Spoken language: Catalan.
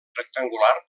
rectangular